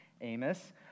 Amos